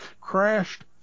crashed